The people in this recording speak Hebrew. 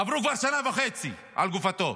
עברו כבר שנה וחצי, על גופתו,